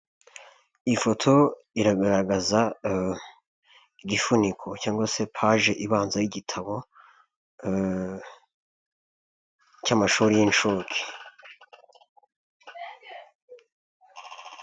Ifoto iragaragaza igifuniko cyangwa se paje ibanza y'igitabo cy'amashuri y'inshuke.